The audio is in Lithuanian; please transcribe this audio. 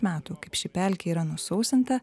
metų kaip ši pelkė yra nusausinta